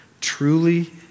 truly